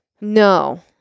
No